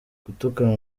gutukana